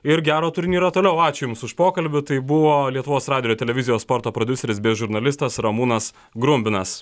ir gero turnyro toliau ačiū jums už pokalbį tai buvo lietuvos radijo ir televizijos sporto prodiuseris bei žurnalistas ramūnas grumbinas